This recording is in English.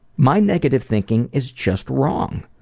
my negative thinking is just wrong.